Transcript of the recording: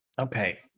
Okay